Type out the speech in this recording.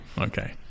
okay